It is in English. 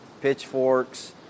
pitchforks